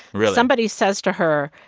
really. somebody says to her,